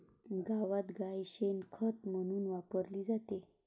गावात गाय शेण खत म्हणून वापरली जाते